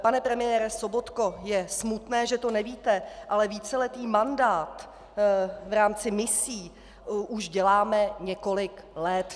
Pane premiére Sobotko, je smutné, že to nevíte, ale víceletý mandát v rámci misí už děláme několik let.